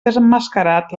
desemmascarat